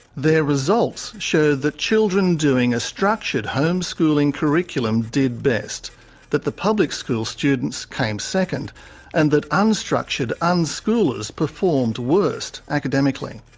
their results showed that children doing a structured homeschooling curriculum did best that the public school students came second and that unstructured unschoolers performed worst academically.